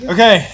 Okay